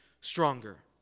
stronger